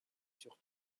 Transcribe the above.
sur